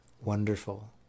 Wonderful